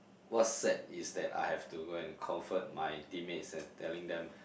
what's sad is that I have to go and comfort my team mates and telling them